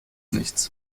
nichts